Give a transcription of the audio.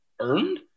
earned